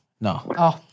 No